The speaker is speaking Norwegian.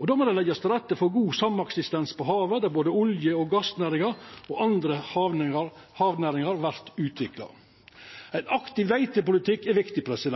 Då må det leggjast til rette for god sameksistens på havet, der både olje- og gassnæringa og andre havnæringar vert utvikla. Ein aktiv leitepolitikk er viktig,